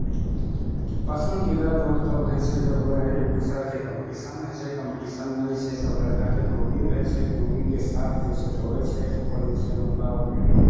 पसन्दीदा दौड़ तब होइ छै जब एक दूसराके कम्पीटिशन होइ छै कम्पीटिशनमे जे छै सभ लड़काके ग्रुपिंग रहै छै ग्रुपिंगके साथ जे छै दौड़ै छै ओकर जे छै मतलब